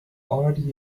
already